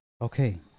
Okay